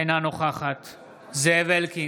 אינה נוכחת זאב אלקין,